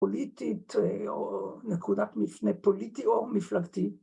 ‫פוליטית, ‫או נקודת מפנה פוליטי או מפלגתי.